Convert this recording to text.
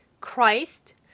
Christ